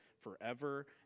forever